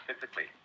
physically